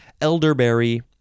Elderberry